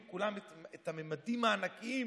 הרב רבינוביץ',